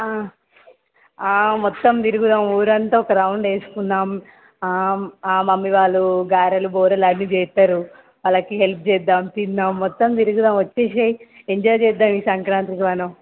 ఆ మొత్తం తిరుగుదాము ఊరు అంతా ఒక రౌండ్ వేసుకుందాము మమ్మీ వాళ్ళు గారెలు బూరెలు అన్నీ చేస్తారు వాళ్ళకి హెల్ప్ చేద్దాము తిందాము మొత్తం తిరుగుదాము వచ్చేసేయి ఎంజాయ్ చేద్దాము ఈ సంక్రాంతికి మనం